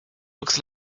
looks